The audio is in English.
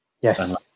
Yes